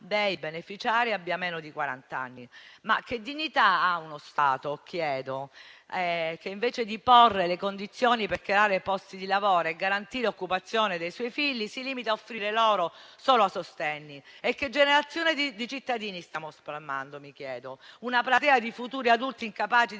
dei beneficiari abbia meno di quaranta anni. Che dignità ha uno Stato - chiedo - che invece di porre le condizioni per creare posti di lavoro e garantire l'occupazione dei suoi figli, si limita a offrire loro solo sostegni? Che generazione di cittadini stiamo plasmando? Una platea di futuri adulti incapaci di